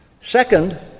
Second